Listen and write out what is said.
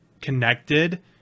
connected